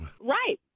right